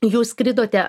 jūs skridote